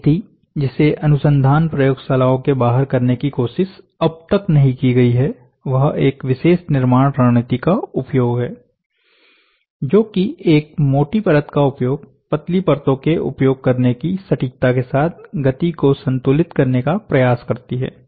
एक विधि जिसे अनुसंधान प्रयोगशालाओं के बाहर करने की कोशिश अब तक नहीं की गई है वह एक विशेष निर्माण रणनीति का उपयोग है जो कि एक मोटी परत का उपयोग पतली परतों के उपयोग करने की सटीकता के साथ गति को संतुलित करने का प्रयास करती है